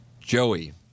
Joey